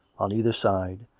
on either side,